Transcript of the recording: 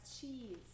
cheese